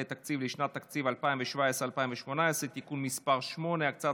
התקציב לשנות התקציב 2018-2017 (תיקון מס' 8) (הקצאת